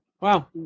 wow